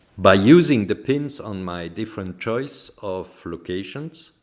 by using the pins on my different choice of locations,